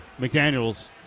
McDaniels